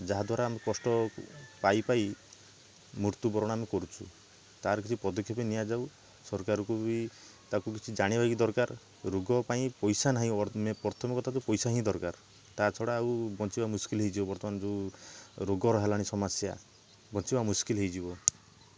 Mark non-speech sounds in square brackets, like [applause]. ଯାହାଦ୍ୱାରା ଆମେ କଷ୍ଟ ପାଇ ପାଇ ମୃତ୍ୟୁବରଣ ଆମେ କରୁଛୁ ତା'ର କିଛି ପଦକ୍ଷେପ ନିଆଯାଉ ସରକାର କୁ ବି ତାକୁ କିଛି ଜାଣିବା ବି ଦରକାର ରୋଗପାଇଁ ପଇସା ନାହିଁ [unintelligible] ପ୍ରଥମ କଥା ତ ପଇସା ହିଁ ଦରକାର ତା ଛଡ଼ା ଆଉ ବଞ୍ଚିବା ମୁସ୍କିଲ୍ ହେଇଯିବ ବର୍ତ୍ତମାନ ଯୋଉ ରୋଗର ହେଲାଣି ସମାସ୍ୟା ବଞ୍ଚିବା ମୁସ୍କିଲ୍ ହେଇଯିବ